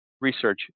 research